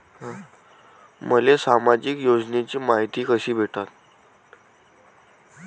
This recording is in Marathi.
मले सामाजिक योजनेची मायती कशी भेटन?